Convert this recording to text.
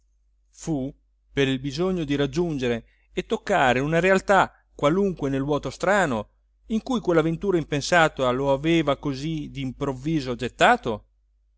fu per il bisogno di raggiungere e toccare una realtà qualunque nel vuoto strano in cui quellavventura impensata lo aveva così dimprovviso gettato